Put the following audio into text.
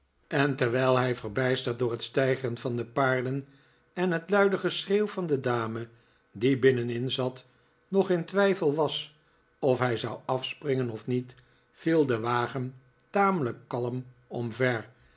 en terwijl hij verbijsterd door het steigeren van de paarden en het luide geschreeuw van de dame die binnenin zat nog in twijfel was of hij zou afspringen of niet viel de wagen tamelijk kalm omver